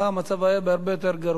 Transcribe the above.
המצב היה הרבה יותר גרוע.